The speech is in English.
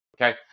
Okay